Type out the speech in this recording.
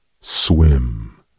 Swim